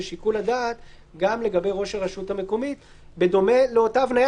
שיקול הדעת גם לגבי ראש הרשות המקומית בדומה לאותה הבניה